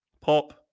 pop